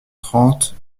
trente